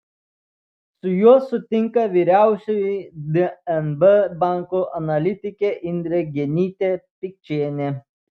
su juo sutinka vyriausioji dnb banko analitikė indrė genytė pikčienė